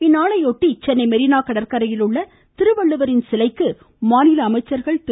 இந்நாளையொட்டி சென்னை மொீனா கடற்கரையிலுள்ள திருவள்ளுவரின் சிலைக்கு மாநில அமைச்சர்கள் திரு